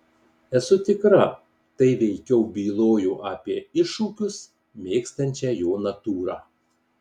esu tikra tai veikiau bylojo apie iššūkius mėgstančią jo natūrą